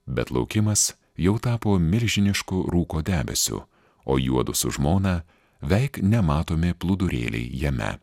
bet laukimas jau tapo milžinišku rūko debesiu o juodu su žmona veik nematomi plūdurėliai jame